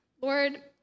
Lord